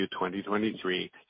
2023